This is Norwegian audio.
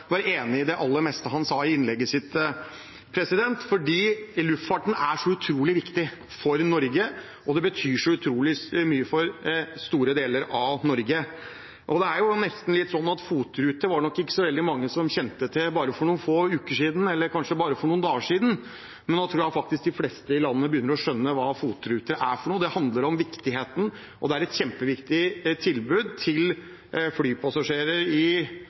var enig i det aller meste han sa i innlegget sitt. Luftfarten er så utrolig viktig for Norge, og den betyr så utrolig mye for store deler av Norge. Det er nesten litt sånn at FOT-ruter var det ikke så veldig mange som kjente til bare for noen få uker siden, eller kanskje bare for noen dager siden, men nå tror jeg faktisk de fleste i landet begynner å skjønne hva FOT-ruter er for noe. Det handler om viktighet; det er et kjempeviktig tilbud til flypassasjerer kanskje spesielt på Vestlandet og – ikke minst – i